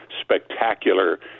spectacular